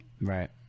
Right